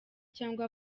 cyangwa